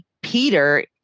peter